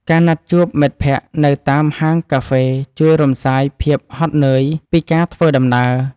ការណាត់ជួបមិត្តភក្ដិនៅតាមហាងកាហ្វេជួយរំសាយភាពហត់នឿយពីការធ្វើដំណើរ។